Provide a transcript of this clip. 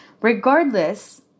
Regardless